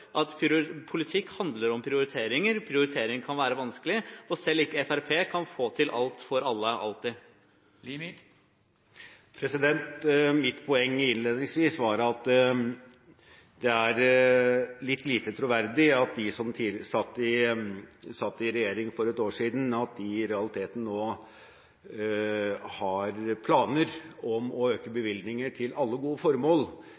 for, at politikk handler om prioriteringer – og at det å prioritere kan være vanskelig? Og selv ikke Fremskrittspartiet kan få til alt for alle alltid. Mitt poeng innledningsvis var at det er litt lite troverdig at de som satt i regjering for ett år siden, i realiteten nå har planer om å øke bevilgningene til alle gode formål,